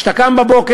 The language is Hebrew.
כשאתה קם בבוקר,